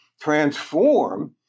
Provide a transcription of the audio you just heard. transform